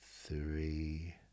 three